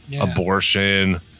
Abortion